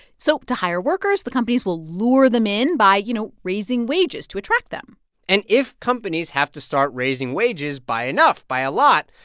so to hire workers, the companies will lure them in by, you know, raising wages to attract them and if companies have to start raising wages by enough by a lot,